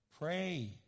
pray